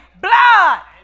blood